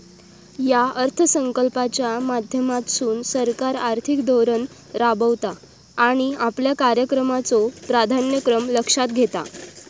या अर्थसंकल्पाच्या माध्यमातसून सरकार आर्थिक धोरण राबवता आणि आपल्या कार्यक्रमाचो प्राधान्यक्रम लक्षात घेता